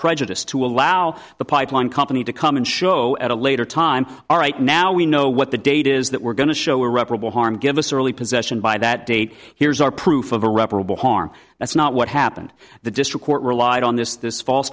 prejudice to allow the pipeline company to come and show at a later time all right now we know what the date is that we're going to show irreparable harm give us early possession by that date here's our proof of irreparable harm that's not what happened the district court relied on this this false